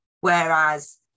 Whereas